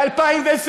ב-2020,